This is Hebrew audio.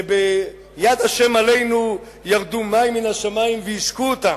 שביד השם עלינו ירדו מים מן השמים והשקו אותם,